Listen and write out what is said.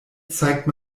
zeigte